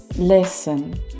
Listen